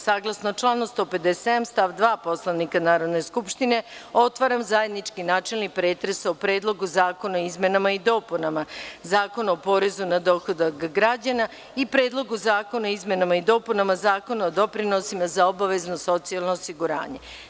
Saglasno članu 157. stav 2. Poslovnika Narodne skupštine, otvaram zajednički načelni pretres o Predlogu zakona o izmenama i dopunama Zakonao porezu na dohodak građana i Predlogu zakona o izmenama i dopunama Zakona o doprinosima za obavezno socijalno osiguranje.